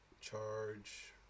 Charge